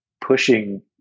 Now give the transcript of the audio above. pushing